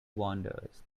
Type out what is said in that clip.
wanders